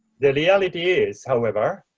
the reality is however,